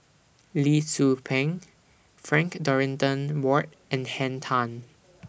Lee Tzu Pheng Frank Dorrington Ward and Henn Tan